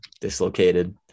dislocated